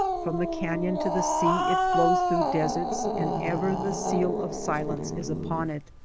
from the canyon to the sea it flows through deserts, and ever the seal of silence is upon it.